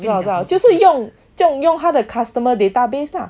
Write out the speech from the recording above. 我知道我知道就是用用他的 customer database lah